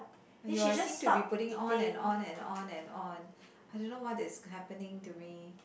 !aiyo! I seem to be putting on and on and on and on I don't know what is happening to me